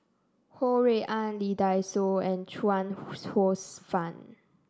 Ho Rui An Lee Dai Soh and Chuang Hsueh Fang